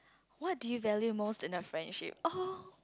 what do you value most in a friendship oh